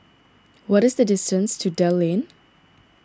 what is the distance to Dell Lane